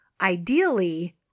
ideally